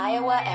Iowa